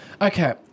Okay